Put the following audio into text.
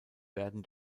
werden